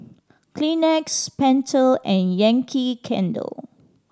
Kleenex Pentel and Yankee Candle